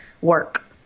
work